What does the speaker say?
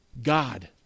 God